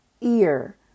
ear